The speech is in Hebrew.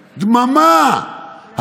דממה.